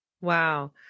Wow